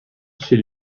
chez